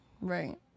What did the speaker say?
right